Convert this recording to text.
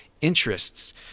interests